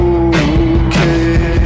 okay